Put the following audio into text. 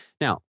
Now